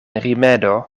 rimedo